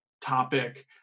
topic